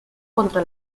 contra